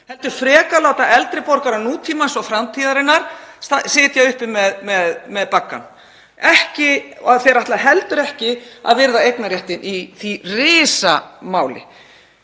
heldur frekar láta eldri borgara nútímans og framtíðarinnar sitja uppi með baggann. Þau ætla heldur ekki að virða eignarréttinn í því risamáli.